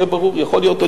שיהיה ברור.